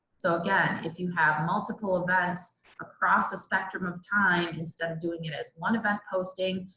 so again, if you have multiple events across a spectrum of time, instead of doing it as one event posting,